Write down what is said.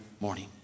morning